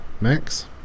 max